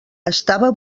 estava